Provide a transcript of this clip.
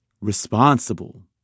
responsible